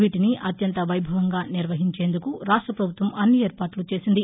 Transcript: వీటిని అత్యంత వైభవంగా నిర్వహించేందుకు రాష్ట ప్రభుత్వం అన్ని ఏర్పాట్ల చేసింది